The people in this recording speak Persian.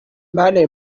بله